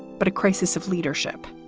but a crisis of leadership.